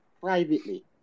privately